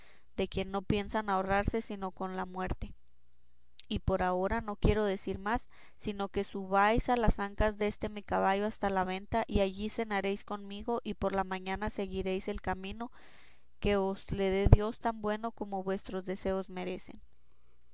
de quien no piensan ahorrarse sino con la muerte y por ahora no os quiero decir más sino que subáis a las ancas deste mi caballo hasta la venta y allí cenaréis conmigo y por la mañana seguiréis el camino que os le dé dios tan bueno como vuestros deseos merecen